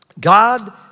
God